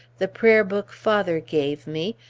the prayer book father gave me,